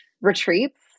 retreats